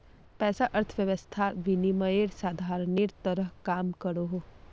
पैसा अर्थवैवस्थात विनिमयेर साधानेर तरह काम करोहो